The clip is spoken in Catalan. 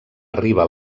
arriba